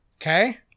Okay